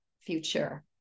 future